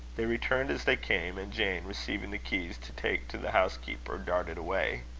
they returned as they came and jane receiving the keys to take to the housekeeper, darted away.